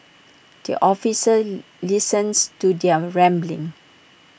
the officer listens to their rambling